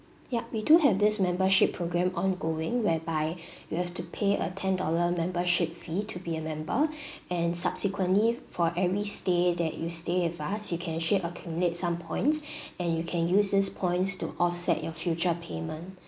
yup we do have this membership program ongoing whereby you have to pay a ten dollar membership fee to be a member and subsequently for every stay that you stay with us you can actually accumulate some points and you can use these points to offset your future payment